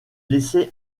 laisser